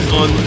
on